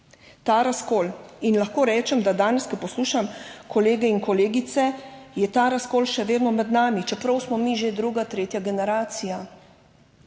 Ta razkol in lahko rečem, da danes, ko poslušam kolege in kolegice je ta razkol še vedno med nami, čeprav smo mi že druga, tretja generacija